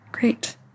Great